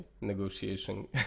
negotiation